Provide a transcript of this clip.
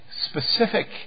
specific